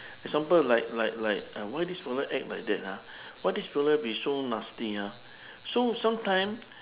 example like like like uh why this fella act like that ah why this fella be so nasty ah so sometime